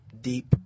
deep